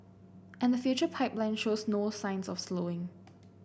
and the future pipeline shows no signs of slowing